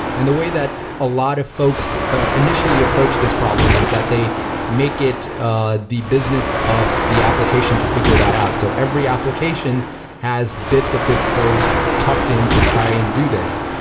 and the way that a lot of folks ah initially approach this problem is that they make it ah the business of the application to figure that out. so every application has bits of this code tucked in to try and do this,